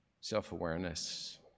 self-awareness